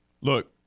Look